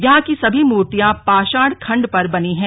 यहां की सभी मूर्तियां पाषण खंड पर बनी है